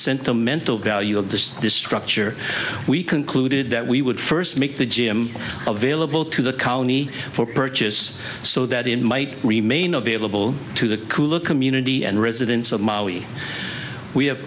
sentimental value of the destruction or we concluded that we would first make the gym of vailable to the colony for purchase so that it might remain available to the cooler community and residents of maui we have